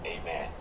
Amen